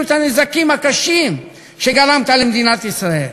את הנזקים הקשים שגרמת למדינת ישראל?